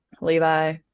Levi